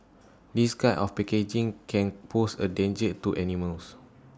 this kind of packaging can pose A danger to animals